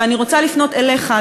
ואני רוצה לפנות אליך,